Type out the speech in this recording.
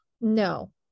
No